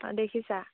অঁ দেখিছা